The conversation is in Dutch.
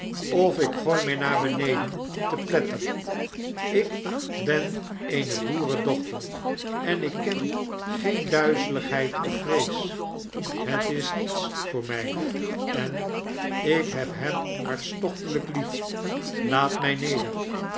of ik gooi mij naar beneden te pletter ik ben eene boerendochter en ik ken geen duizeligheid of vrees het is niets voor mjj en ik heb hem hartstochtelyk lief laat my neder